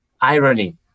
Irony